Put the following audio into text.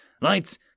Lights